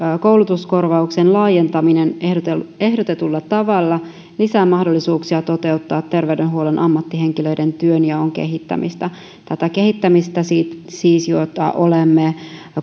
koulutuskorvauksen laajentaminen ehdotetulla ehdotetulla tavalla lisää mahdollisuuksia toteuttaa terveydenhuollon ammattihenkilöiden työnjaon kehittämistä siis tätä kehittämistä jota olemme